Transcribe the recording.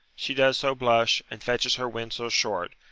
she does so blush, and fetches her wind so short,